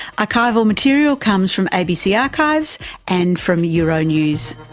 archival material comes from abc archives and from euronews.